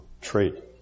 trait